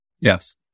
Yes